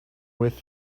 with